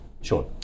Sure